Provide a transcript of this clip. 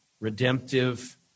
Redemptive